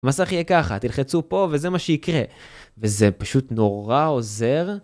המסך יהיה ככה, תלחצו פה, וזה מה שיקרה. וזה פשוט נורא עוזר.